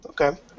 Okay